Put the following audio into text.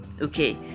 okay